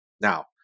Now